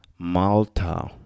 Malta